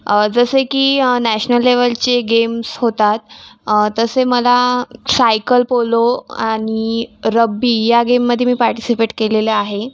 जसे की नॅशनल लेवलचे गेम्स होतात तसे मला सायकल पोलो आणि रब्बी या गेममध्ये मी पार्टीसिपेट केलेलं आहे